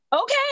Okay